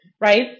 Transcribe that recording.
right